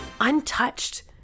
untouched